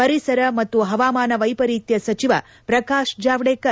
ಪರಿಸರ ಮತ್ತು ಹವಾಮಾನ ವ್ಯೆಪರೀತ್ನ ಸಚಿವ ಪ್ರಕಾಶ್ ಜಾವಡೇಕರ್